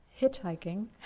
hitchhiking